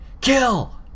Kill